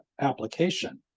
application